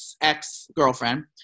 ex-girlfriend